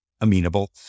amenable